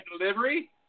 delivery